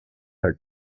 her